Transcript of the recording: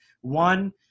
One